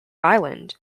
island